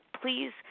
Please